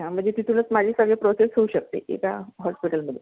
अच्छा म्हणजे तिथूनच माझी सगळी प्रोसेस होऊ शकते एका हॉस्पिटलमध्ये